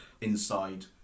inside